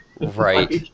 Right